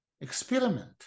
Experiment